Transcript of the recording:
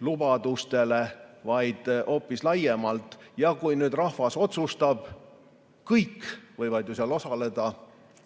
lubadustele, vaid see on hoopis laiem. Kui nüüd rahvas otsustab, siis kõik võivad ju osaleda,